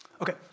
Okay